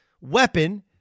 weapon